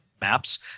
maps